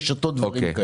לרשתות וכן הלאה.